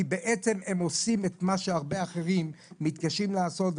כי הם עושים את מה שהרבה אחרים מתקשים לעשות.